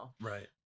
Right